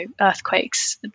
earthquakes